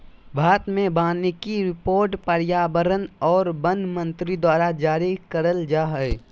भारत मे वानिकी रिपोर्ट पर्यावरण आर वन मंत्री द्वारा जारी करल जा हय